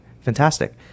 fantastic